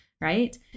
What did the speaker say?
right